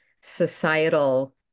societal